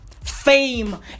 Fame